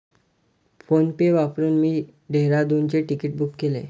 PhonePe वापरून मी डेहराडूनचे तिकीट बुक केले